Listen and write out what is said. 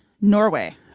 Norway